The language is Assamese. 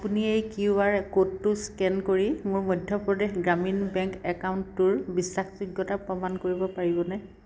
আপুনি এই কিউআৰ ক'ডটো স্কেন কৰি মোৰ মধ্য প্ৰদেশ গ্ৰামীণ বেংক একাউণ্টটোৰ বিশ্বাসযোগ্যতা প্ৰমাণ কৰিব পাৰিবনে